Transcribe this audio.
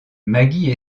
maggie